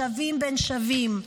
שווים בין שווים,